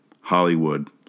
Hollywood